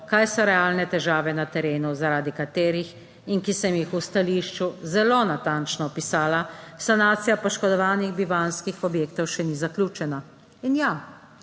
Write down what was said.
kaj so realne težave na terenu, zaradi katerih, in ki sem jih v stališču zelo natančno opisala, sanacija poškodovanih bivanjskih objektov še ni zaključena. In ja,